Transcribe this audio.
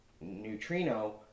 Neutrino